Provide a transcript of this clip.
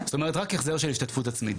זאת אומרת רק החזר של השתתפות עצמית,